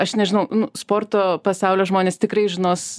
aš nežinau sporto pasaulio žmonės tikrai žinos